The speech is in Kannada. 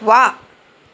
ವಾಹ್